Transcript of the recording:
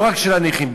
לא רק של הנכים,